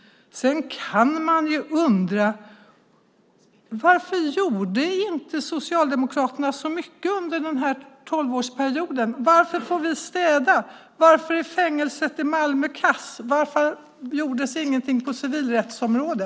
Sedan kan man undra varför Socialdemokraterna inte gjorde så mycket under sin tolvårsperiod. Varför får vi städa? Varför är fängelset i Malmö kasst? Varför gjordes ingenting på civilrättens område?